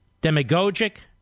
demagogic